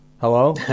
Hello